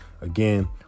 Again